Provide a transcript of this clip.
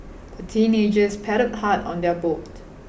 the teenagers paddled hard on their boat